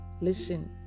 Listen